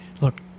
look